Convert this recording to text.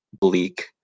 bleak